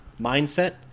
mindset